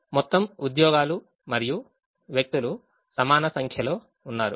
మొత్తం ఉద్యోగాలు మరియు వ్యక్తులు సమాన సంఖ్యలో ఉన్నారు